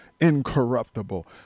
incorruptible